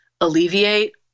alleviate